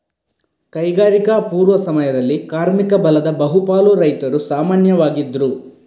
ಕೈಗಾರಿಕಾ ಪೂರ್ವ ಸಮಯದಲ್ಲಿ ಕಾರ್ಮಿಕ ಬಲದ ಬಹು ಪಾಲು ರೈತರು ಸಾಮಾನ್ಯವಾಗಿದ್ರು